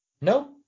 No